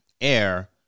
air